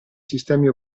sistemi